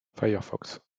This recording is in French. firefox